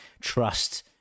trust